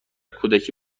کودکی